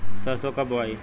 सरसो कब बोआई?